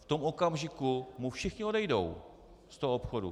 V tom okamžiku mu všichni odejdou z toho obchodu.